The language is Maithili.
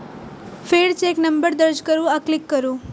फेर चेक नंबर दर्ज करू आ क्लिक करू